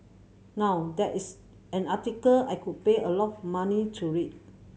now that is an article I could pay a lot of money to read